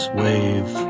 wave